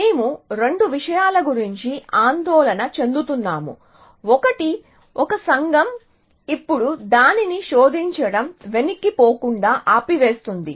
మేము రెండు విషయాల గురించి ఆందోళన చెందుతున్నాము ఒకటి ఒక సంఘం ఇప్పుడు దానిని శోధించడం వెనక్కి పోకుండా ఆపివేస్తుంది